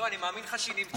לא, אני מאמין לך שהיא נמצאת,